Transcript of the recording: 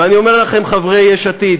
ואני אומר לכם, חברי יש עתיד,